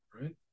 right